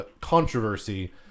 controversy